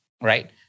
Right